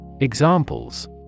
Examples